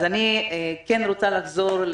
אז אני כן רוצה לחזור,